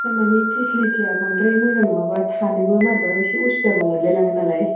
थारमानि फिसिलिटिआ बांद्राय मोजां नङाब्ला थानोबो मोरैबा एसे उसुबिदाबो मोनलाय लाङोनालाय